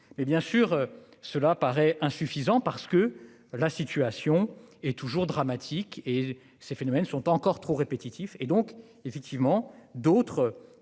et bien sûr cela paraît insuffisant parce que la situation est toujours dramatique et ces phénomènes ne sont pas encore trop répétitif et donc effectivement d'autres